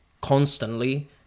constantly